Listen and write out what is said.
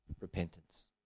repentance